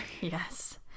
Yes